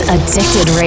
Addicted